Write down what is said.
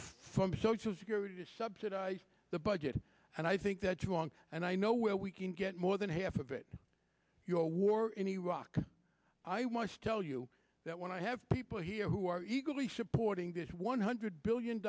from social security to subsidize the budget and i think that too long and i know where we can get more than half of it your war in iraq i want to tell you that when i have people here who are eagerly supporting this one hundred billion